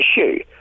issue